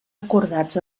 acordats